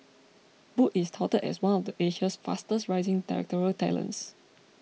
boo is touted as one of Asia's fastest rising directorial talents